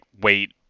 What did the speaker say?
wait